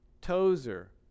Tozer